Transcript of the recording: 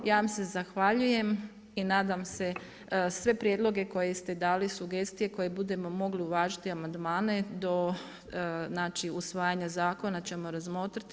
Ja vam se zahvaljujem i nadam se sve prijedloge koje ste dali, sugestije koje budemo mogli uvažiti amandmane do znači usvajanja zakona ćemo razmotriti.